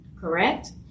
correct